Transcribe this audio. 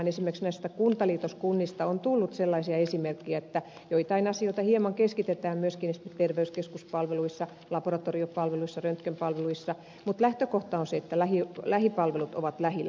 esimerkiksi näistä kuntaliitoskunnista on tullut sellaisia esimerkkejä että joitain asioita hieman keskitetään myöskin esimerkiksi terveyskeskuspalveluissa laboratoriopalveluissa röntgenpalveluissa mutta lähtökohta on se että lähipalvelut ovat lähellä